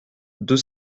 deux